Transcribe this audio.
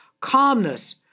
calmness